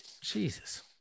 Jesus